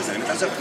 התש"ף 2020,